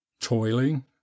toiling